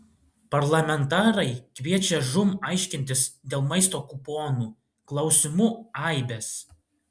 parlamentarai kviečia žūm aiškintis dėl maisto kuponų klausimų aibės